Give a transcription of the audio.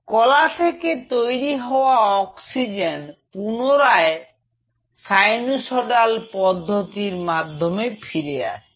কলা থেকে তৈরি হওয়া অক্সিজেন পুনরায় সাইনুসয়ডাল পদ্ধতির মাধ্যমে ফিরে আসছে